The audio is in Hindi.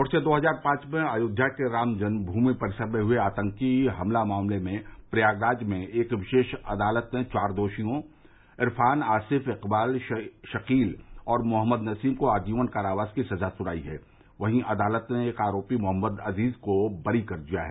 वर्ष दो हजार पांच में अध्योध्या के राम जन्मभूमि परिसर में हुए आतंकी हमला मामले में प्रयागराज में एक विशेष अदालत ने चार दोषियों इरफान आसिफ इकबाल शकील और मोहम्मद नसीम को आजीवन कारावास की सजा सुनायी है वहीं अदालत ने एक आरोपी मोहम्मद अजीज को बरी कर दिया है